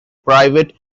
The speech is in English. private